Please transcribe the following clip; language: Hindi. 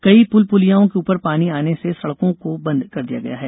कई पुल पुलियाओं के उपर पानी आने से सड़कों को बंद कर दिया गया है